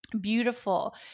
Beautiful